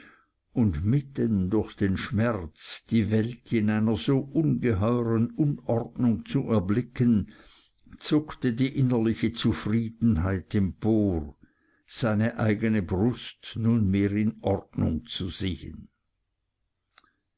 und mitten durch den schmerz die welt in einer so ungeheuren unordnung zu erblicken zuckte die innerliche zufriedenheit empor seine eigne brust nunmehr in ordnung zu sehen